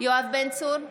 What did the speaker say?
יואב בן צור,